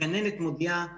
הגננת מודיעה להורים.